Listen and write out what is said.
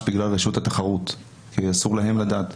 בגלל רשות התחרות, אסור להם לדעת.